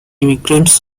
immigrants